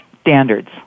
standards